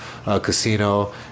casino